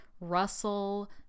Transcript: Russell